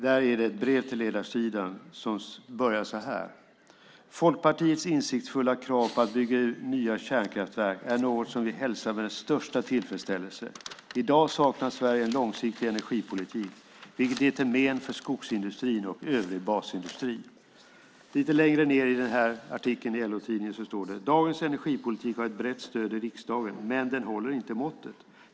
Det är ett brev på ledarsidan som börjar så här: Folkpartiets insiktsfulla krav på att bygga nya kärnkraftverk är något som vi hälsar med den största tillfredsställelse. I dag saknar Sverige en långsiktig energipolitik, vilket är till men för skogsindustrin och övrig basindustri. Lite längre ned i den här artikeln i LO-tidningen står det: Dagens energipolitik har ett brett stöd i riksdagen, men den håller inte måttet.